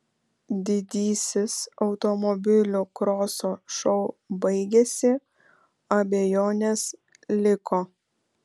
didysis automobilių kroso šou baigėsi abejonės liko